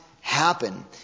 happen